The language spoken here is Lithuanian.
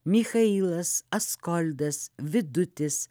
michailas askoldas vidutis